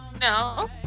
No